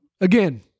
again